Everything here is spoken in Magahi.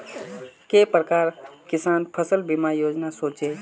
के प्रकार किसान फसल बीमा योजना सोचें?